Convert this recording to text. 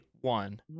one